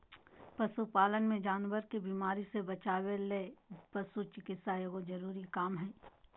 पशु पालन मे जानवर के बीमारी से बचावय ले पशु चिकित्सा एगो जरूरी काम हय